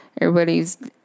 Everybody's